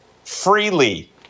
freely